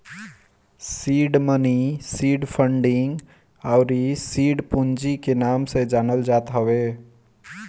seed money seed funding अउरी seed पूंजी के नाम से जानल जात हवे